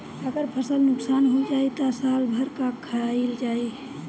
अगर फसल नुकसान हो जाई त साल भर का खाईल जाई